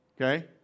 Okay